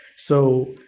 so,